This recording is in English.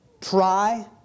try